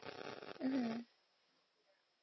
mmhmm